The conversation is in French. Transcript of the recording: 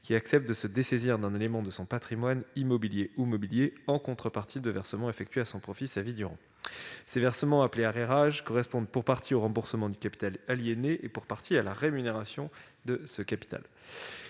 qui accepte de se dessaisir d'un élément de son patrimoine, immobilier ou mobilier, en contrepartie de versements effectués à son profit sa vie durant. Ces versements, appelés « arrérages », correspondent pour partie au remboursement du capital aliéné et pour partie à la rémunération de ce capital.